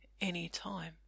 anytime